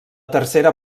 tercera